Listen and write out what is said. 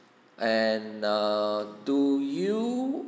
and err do you